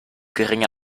geringe